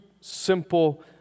simple